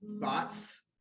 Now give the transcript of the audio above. thoughts